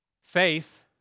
Faith